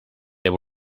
they